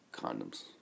condoms